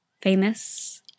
famous